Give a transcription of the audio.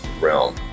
realm